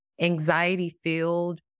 anxiety-filled